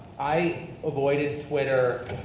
i avoided twitter,